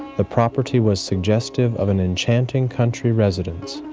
the property was suggestive of an enchanting country residence.